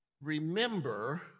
Remember